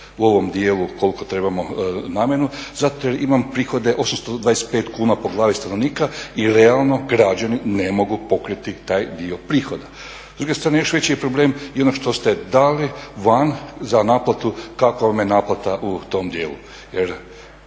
u ovom dijelu koliko trebamo namjenu zato jer imam prihode 825 kuna po glavi stanovnika i realno građani ne mogu pokriti taj dio prihoda. S druge strane još veći je problem i ono što ste dali van za naplatu, kakva vam je naplata u tom dijelu. Jer